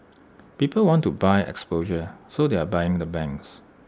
people want to buy exposure so they're buying the banks